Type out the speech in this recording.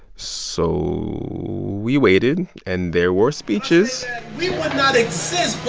so we waited, and there were speeches. we would not exist